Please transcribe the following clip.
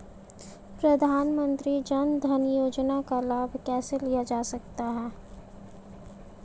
प्रधानमंत्री जनधन योजना का लाभ कैसे लिया जा सकता है?